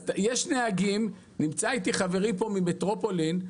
נמצא איתי חברי ממטרופולין,